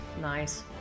Nice